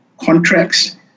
contracts